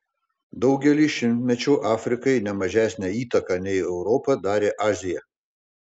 daugelį šimtmečių afrikai ne mažesnę įtaką nei europa darė azija